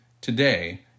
Today